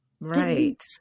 Right